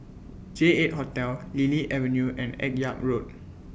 J eight Hotel Lily Avenue and Akyab Road